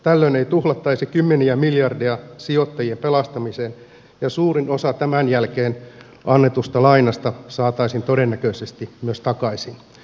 tällöin ei tuhlattaisi kymmeniä miljardeja sijoittajien pelastamiseen ja suurin osa tämän jälkeen annetusta lainasta saataisiin todennäköisesti myös takaisin